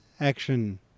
action